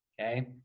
okay